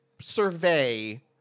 survey